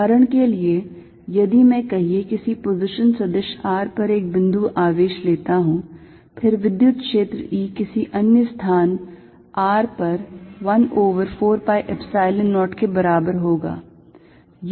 उदाहरण के लिएयदि मैं कहिए किसी पोजिशन सदिश R पर एक बिंदु आवेश लेता हूं फिर विद्युत क्षेत्र E किसी अन्य स्थान r पर 1 over 4 pi Epsilon 0 के बराबर होगा